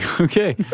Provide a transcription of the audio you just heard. Okay